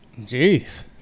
Jeez